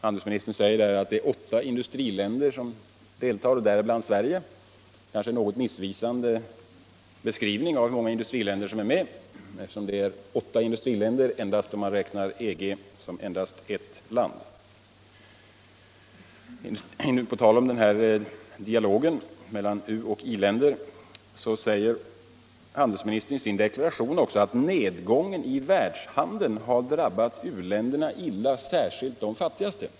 Handelsministern säger att det är åtta i-länder som deltar, däribland Sverige. Det är en något missvisande beskrivning av hur många länder som deltar, därför att det är åtta industriländer endast om man räknar EG som ett land. På tal om denna dialog mellan u-länder och i-länder säger handelsministern i sin deklaration, att nedgången i världshandeln har drabbat u-länderna illa, särskilt de fattigaste.